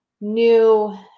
new